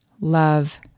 love